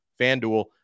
FanDuel